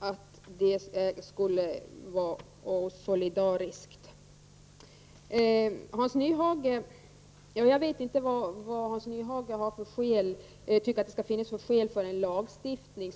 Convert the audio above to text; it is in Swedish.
att det skulle vara osolidariskt. Jag vet inte vad Hans Nyhage tycker att det skall finnas för skäl för en lagstiftning.